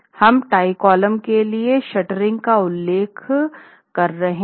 हम tie column के लिए शटरिंग का उल्लेख कर रहे हैं